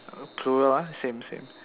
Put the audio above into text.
plural ah same same